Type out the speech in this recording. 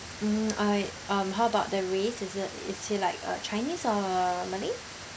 mm uh um how about the race is it is he like a chinese or malay